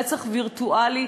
רצח וירטואלי,